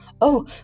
Oh